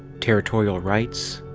territorial rights.